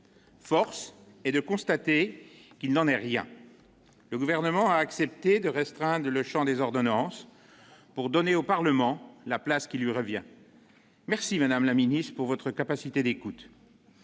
force est de constater qu'il n'en est rien : le Gouvernement a accepté de restreindre le champ des ordonnances pour donner au Parlement la place qui lui revient. Merci, madame la ministre, de votre capacité d'écoute,